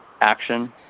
action